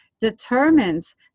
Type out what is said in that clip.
determines